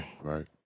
Right